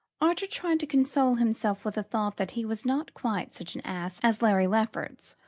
archer tried to console himself with the thought that he was not quite such an ass as larry lefferts,